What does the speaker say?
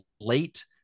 late